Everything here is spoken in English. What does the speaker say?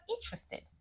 interested